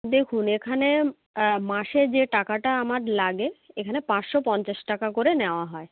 দেখুন এখানে মাসে যে টাকাটা আমার লাগে এখানে পাঁচশো পঞ্চাশ টাকা করে নেওয়া হয়